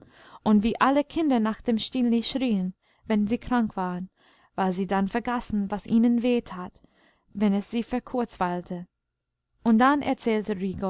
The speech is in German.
und wie alle kinder nach dem stineli schrieen wenn sie krank waren weil sie dann vergaßen was ihnen weh tat wenn es sie verkurzweilte und dann erzählte